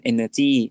Energy